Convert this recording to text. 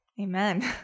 Amen